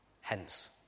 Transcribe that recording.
hence